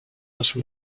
also